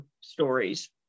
stories